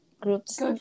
group's